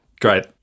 great